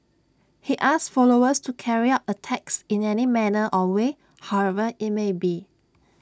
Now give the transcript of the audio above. he asked followers to carry out attacks in any manner or way however IT may be